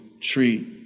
treat